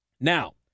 Now